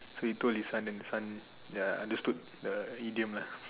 so he told his son then the son ya understood the idiom lah